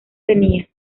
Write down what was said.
tenía